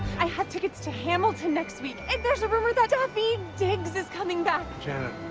i have tickets to hamilton next week, and there's a rumor that daveed diggs is coming back. janet,